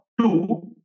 two